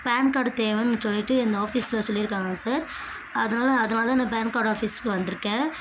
pan card தேவைன்னு சொல்லிட்டு இந்த ஆஃபீஸ்ல சொல்லிருக்காங்கள் சார் அதனால் அதனால்தான் இந்த பேன் கார்ட் ஆஃபீஸ்க்கு வந்திருக்கேன்